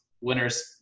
winners